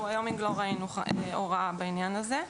בוויומינג לא ראינו הוראה בעניין הזה.